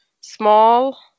small